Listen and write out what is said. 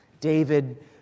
David